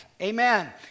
Amen